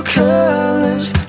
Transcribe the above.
colors